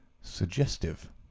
Suggestive